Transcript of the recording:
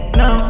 no